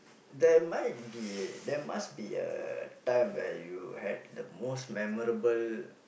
there might be there must be a time where you had the most memorable